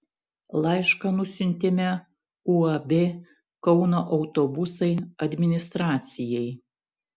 laišką nusiuntėme uab kauno autobusai administracijai